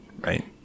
right